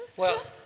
well,